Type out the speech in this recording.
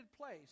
place